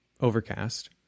overcast